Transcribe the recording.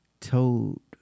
told